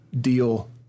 deal